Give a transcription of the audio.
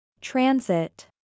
Transit